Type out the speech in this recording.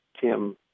Tim